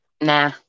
nah